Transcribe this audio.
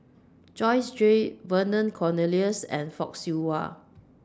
Joyce Jue Vernon Cornelius and Fock Siew Wah